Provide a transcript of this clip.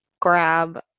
grab